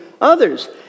others